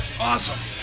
awesome